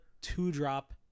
two-drop